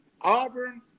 Auburn